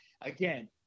Again